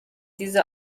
diese